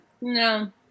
No